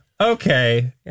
Okay